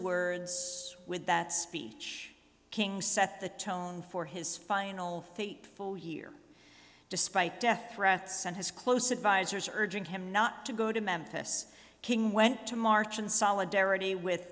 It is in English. words with that speech king set the tone for his final fateful year despite death threats and his close advisors urging him not to go to memphis king went to march in solidarity with